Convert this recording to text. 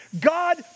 God